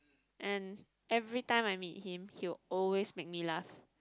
and every time I meet him he will always make me laugh